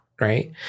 right